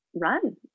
Run